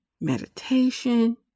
meditation